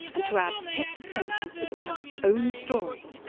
and to our detective senses it will tell its own story.